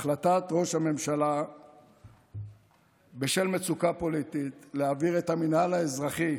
החלטת ראש הממשלה בשל מצוקה פוליטית להעביר את המינהל האזרחי